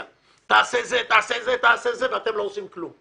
האלה בעוד שפה אתם לא עושים כלום.